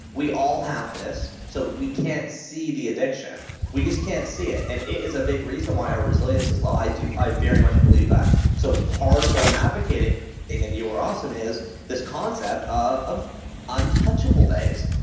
we all have this so we can't see the addiction. we just can't see it. and it is a big reason why our resilience is low. i do, i very much believe that so part of what i'm advocating in you are awesome is this concept ah of untouchable days.